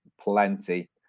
plenty